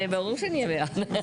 זה ברור שנהיה ביחד.